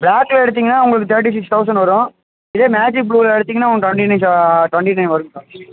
பிளாக்கில் எடுத்திங்கன்னா உங்களுக்கு தேர்ட்டி சிக்ஸ் தௌசண்ட் வரும் இதே மேஜிக் ப்ளூவில எடுத்திங்கன்னா உங்களுக்கு டொண்ட்டி நைன் ச டொண்ட்டி நைன் வருங்கக்கா